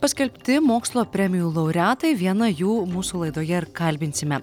paskelbti mokslo premijų laureatai vieną jų mūsų laidoje ir kalbinsime